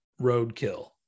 Roadkill